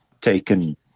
taken